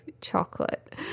chocolate